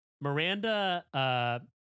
Miranda